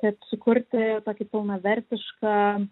kad sukurti tokį pilnavertišką